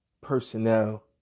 personnel